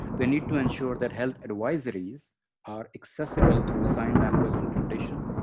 we need to ensure that health advisories are accessible through sign language interpretation,